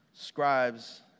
scribes